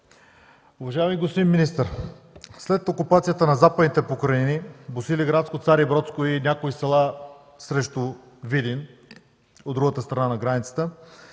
Уважаеми господин министър, след окупацията на Западните покрайнини – Босилеградско, Царибродско и някои села срещу Видин, от другата страна на границата,